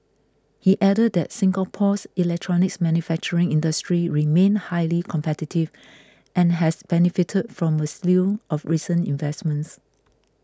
he added that Singapore's electronics manufacturing industry remained highly competitive and has benefited from a slew of recent investments